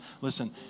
listen